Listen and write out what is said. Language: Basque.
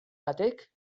batek